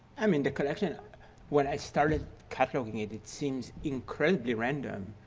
i mean the collection when i started cataloguing it it seems incredibly random.